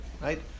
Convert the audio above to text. Right